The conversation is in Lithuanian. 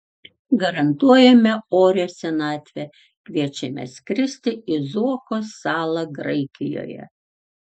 garantuojame orią senatvę kviečiame skristi į zuoko salą graikijoje